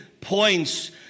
points